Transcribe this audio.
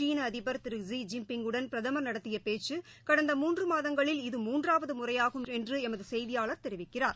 சீளஅதிபர் திரு Xi Jinping வுடன் பிரதமர் நடத்தியபேச்சகடந்த மூன்றமாதங்களில் இது மூன்றாவதுமுறையாகும் என்றுஎமதுசெய்தியாளர் தெரிவிக்கிறார்